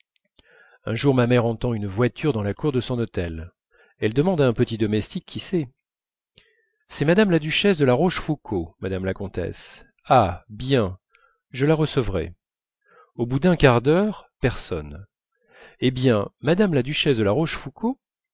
un jour ma mère entend une voiture dans la cour de son hôtel elle demande à un petit domestique qui c'est c'est madame la duchesse de la rochefoucauld madame la comtesse ah bien je la recevrai au bout d'un quart d'heure personne eh bien madame la duchesse de la rochefoucauld